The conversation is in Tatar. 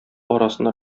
арасында